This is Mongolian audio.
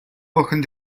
охин